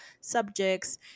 subjects